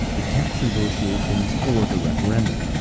the tax negotiations, or the referendum.